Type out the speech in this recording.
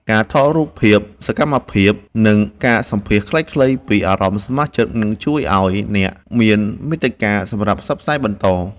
ការថតរូបភាពសកម្មភាព និងការសម្ភាសន៍ខ្លីៗពីអារម្មណ៍សមាជិក នឹងជួយឱ្យអ្នកមានមាតិកាសម្រាប់ផ្សព្វផ្សាយបន្ត។